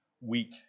week